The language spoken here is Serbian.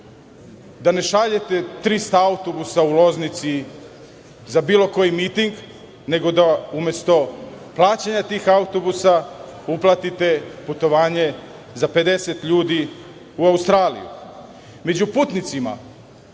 da ne šaljete 300 autobusa u Loznici, za bilo koji miting, nego da umesto plaćanja tih autobusa uplatite putovanje za 50 ljudi u Australiji.